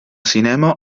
cinema